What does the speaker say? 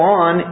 on